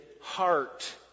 heart